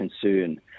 concern